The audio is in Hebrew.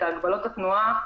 את הגבלות התנועה,